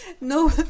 No